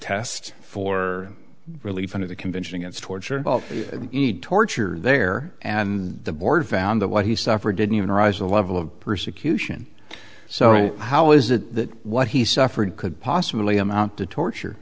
test for relief under the convention against torture me torture there and the board found that what he suffered didn't even rise to a level of persecution so how is that what he suffered could possibly amount to torture